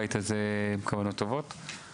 בבית הזה עם כוונות טובות.